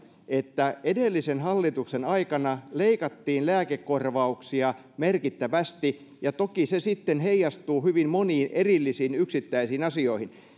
että edellisen hallituksen aikana leikattiin lääkekorvauksia merkittävästi ja toki se sitten heijastuu hyvin moniin erillisiin yksittäisiin asioihin